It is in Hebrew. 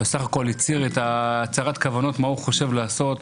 הוא בסך הכול הצהיר את הצהרת הכוונות מה הוא חושב לעשות,